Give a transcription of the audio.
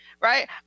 right